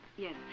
Yes